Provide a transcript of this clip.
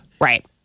Right